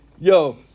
Yo